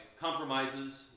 compromises